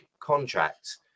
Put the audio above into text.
contracts